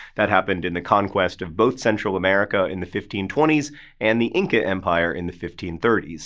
that happened in the conquest of both central america in the fifteen twenty s and the inca empire in the fifteen thirty s.